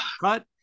cut